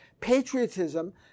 patriotism